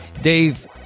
Dave